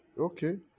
Okay